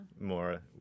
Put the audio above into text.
more